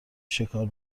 شکار